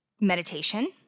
Meditation